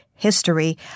history